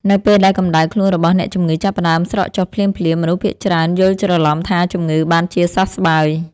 នៅពេលដែលកម្តៅខ្លួនរបស់អ្នកជំងឺចាប់ផ្តើមស្រកចុះភ្លាមៗ មនុស្សភាគច្រើនយល់ច្រឡំថាជំងឺបានជាសះស្បើយ។